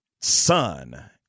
son